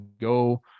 go